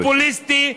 זה פופוליסטי.